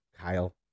Kyle